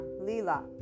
Lila